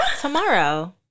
Tomorrow